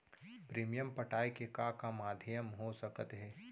Premium पटाय के का का माधयम हो सकत हे?